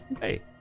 Hey